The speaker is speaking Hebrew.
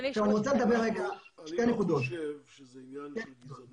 אבל אני לא חושב שזה עניין של גזענות.